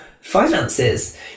finances